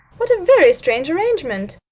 what a very strange arrangement!